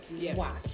watch